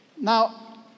Now